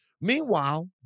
Meanwhile